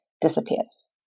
disappears